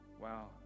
Wow